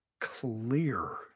clear